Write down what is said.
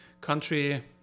country